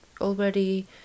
already